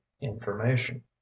information